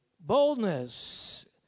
boldness